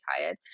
tired